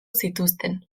zituzten